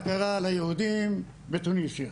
מה קרה ליהודים בתוניס.